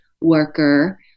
worker